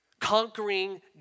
conquering